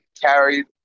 carried